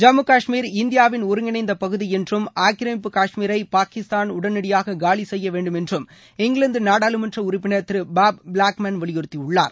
ஜம்மு காஷ்மீர் இந்தியாவின் ஒருங்கிணைந்த பகுதி என்றும் ஆக்கிரமிப்பு காஷ்மீரை பாகிஸ்தான் உடனடியாக காலி செய்ய வேண்டும் என்றும் இங்கிலாந்து நாடாளுமன்ற உறுப்பினர் திரு பாப் பிளாக்மேன் வலியுறுத்தியுள்ளார்